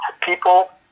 people